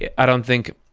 yeah i don't think,